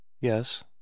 Yes